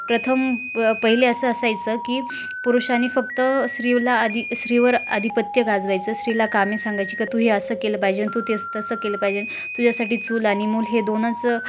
प्रथम प पहिले असं असायचं की पुरुषांनी फक्त स्त्रीला आधी स्त्रीवर अधिपत्य गाजवायचं स्त्रीला कामे सांगायची का तू हे असं केलं पाहिजे तू ते तसं केलं पाहिजे तुझ्यासाठी चूल आणि मूल हे दोनच